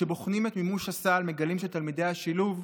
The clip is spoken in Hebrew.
כשבוחנים את מימוש הסל מגלים שתלמידי השילוב,